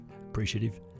Appreciative